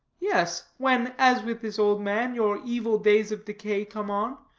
yes, when, as with this old man, your evil days of decay come on,